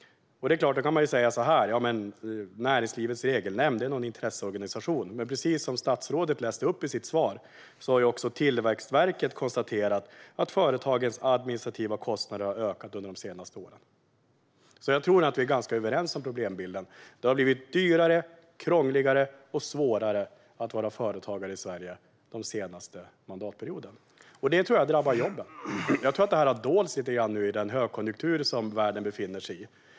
Det är klart att man kan säga att Näringslivets Regelnämnd är en intresseorganisation. Men precis som statsrådet sa i sitt svar har också Tillväxtverket konstaterat att företagens administrativa kostnader har ökat under de senaste åren. Jag tror därför att vi är ganska överens om problembilden: Det har blivit dyrare, krångligare och svårare att vara företagare i Sverige under den senaste mandatperioden. Det tror jag drabbar jobben. Jag tror att detta har dolts lite grann under den högkonjunktur som världen befinner sig i.